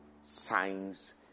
signs